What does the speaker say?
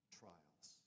trials